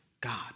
God